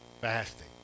fasting